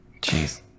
Jeez